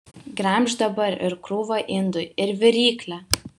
gremžk dabar ir krūvą indų ir viryklę